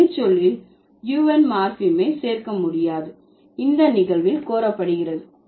ஒரு வினைச்சொல்லில் un மார்பீமை சேர்க்க முடியாது இந்த நிகழ்வில் கோரப்படுகிறது